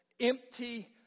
empty